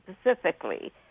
specifically